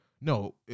No